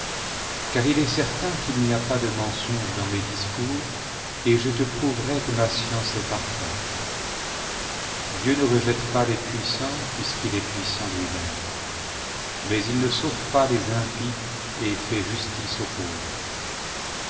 car il est certain qu'il n'y a pas de mensonge dans mes discours et je te prouverai que ma science est parfaite dieu ne rejette pas les puissants puisqu'il est puissant lui-même mais il ne sauve pas les impies et il fait justice aux pauvres